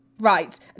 Right